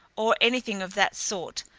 or anything of that sort,